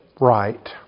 right